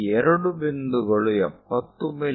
ಈ ಎರಡು ಬಿಂದುಗಳು 70 ಮಿ